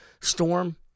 storm